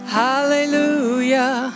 hallelujah